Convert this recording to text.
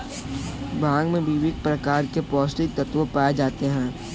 भांग में विभिन्न प्रकार के पौस्टिक तत्त्व पाए जाते हैं